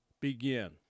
begin